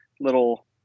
little